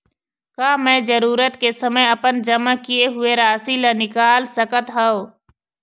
का मैं जरूरत के समय अपन जमा किए हुए राशि ला निकाल सकत हव?